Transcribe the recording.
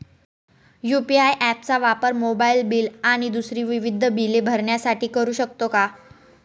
UPI app चा वापर mobile bill आणि दुसरी विविध बिले भरण्यासाठी करू शकतो का?